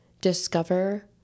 discover